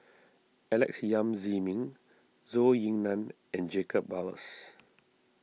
Alex Yam Ziming Zhou Ying Nan and Jacob Ballas